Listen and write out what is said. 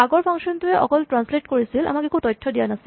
আগৰ ফাংচন টোৱে অকল ট্ৰেন্সলেট কৰিছিল আমাক একো তথ্য দিয়া নাছিল